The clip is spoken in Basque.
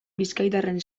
bizkaitarren